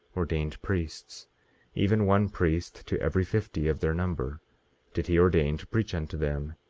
ordained priests even one priest to every fifty of their number did he ordain to preach unto them,